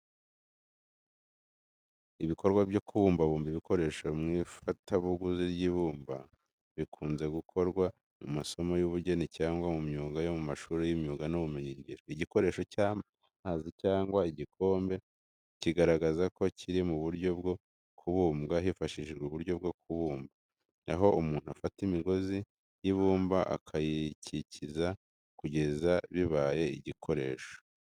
Ibikorwa byo kubumbabumba ibikoresho mu ifatabuguzi ry’ibumba, bikunze gukorwa mu masomo y’ubugeni cyangwa mu myuga yo mu mashuri y’imyuga n’ubumenyingiro. Igikoresho cy’amazi cyangwa igikombe kigaragaza ko kiri mu buryo bwo kubumbwa hifashishijwe uburyo bwo kubumba, aho umuntu afata imigozi y’ibumba akayikikiza kugeza bibaye igikoresho.